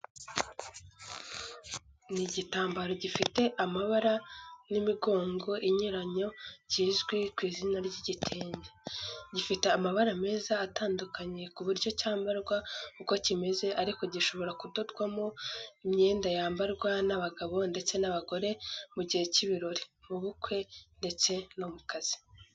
Ni igitambaro gifite amabara n’imigongo inyuranye kizwi ku izina ry'igitenge, gifite amabara meza atandukanye ku buryo cyambarwa uko kimeze ariko gishobora kudodwamo imyenda yambarwa n'abagabo ndetse n'abagore mu gihe cy'ibirori, mu bukwe ndetse no mu kazi.